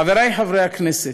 חברי חברי הכנסת,